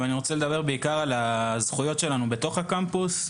אבל אני רוצה לדבר בעיקר על הזכויות שלנו בתוך הקמפוס,